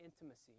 intimacy